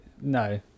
No